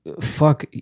fuck